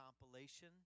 compilation